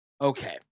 Okay